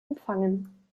empfangen